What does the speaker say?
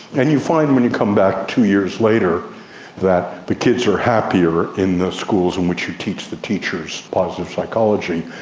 and you find when you come back two years later that the kids are happier in the schools in which you teach the teachers positive psychology.